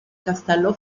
castello